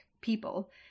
people